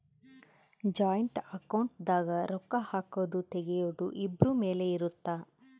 joint account ದಾಗ ರೊಕ್ಕ ಹಾಕೊದು ತೆಗಿಯೊದು ಇಬ್ರು ಮೇಲೆ ಇರುತ್ತ